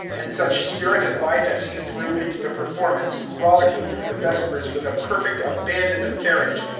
and such spirit and life as he threw into the performance, rollicking through the vespers with a perfect abandon of carriage,